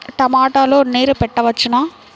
టమాట లో నీరు పెట్టవచ్చునా?